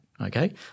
Okay